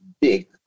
big